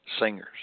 singers